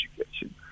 education